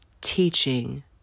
teaching